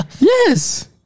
Yes